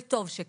וטוב שכך.